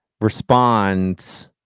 responds